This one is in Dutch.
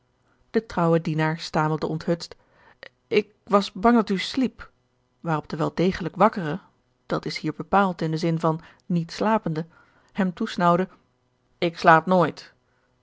de trouwe dienaar stamelde onthutst ik was bang dat u sliep waarop de wel degelijk wakkere dat is hier bepaald in den zin van niet slapende hem toesnaauwde ik slaap nooit